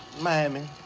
Miami